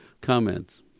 Comments